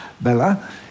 Bella